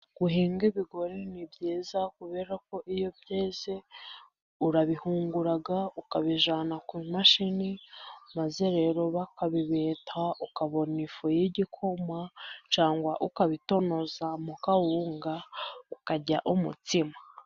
Guhinga ibigori ni byiza， kubera ko iyo byeze urabihungura， ukabijyana ku mashini，maze rero bakabibeta，ukabona ifu y'igikoma， cyangwa ukabitonozamo，akawunga， ukarya umutsima.